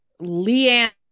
Leanne